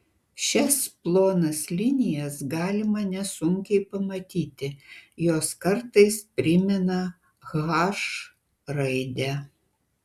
šias plonas linijas galima nesunkiai pamatyti jos kartais primena h raidę